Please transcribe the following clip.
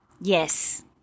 Yes